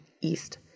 east